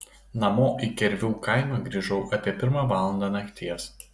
namo į kervių kaimą grįžau apie pirmą valandą nakties